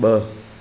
ब॒